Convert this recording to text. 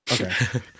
Okay